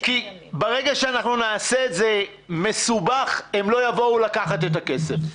כי אם נעשה את זה מסובך הם לא יבוא לקחת את הכסף.